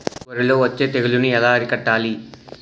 వరిలో వచ్చే తెగులని ఏలా అరికట్టాలి?